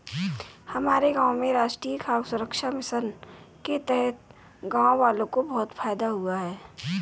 हमारे गांव में राष्ट्रीय खाद्य सुरक्षा मिशन के तहत गांववालों को बहुत फायदा हुआ है